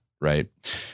right